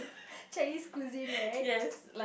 Chinese cuisine right